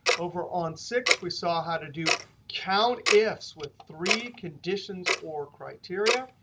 over on six we saw how to do countifs with three conditions or criteria.